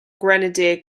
grenadier